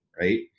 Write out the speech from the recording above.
right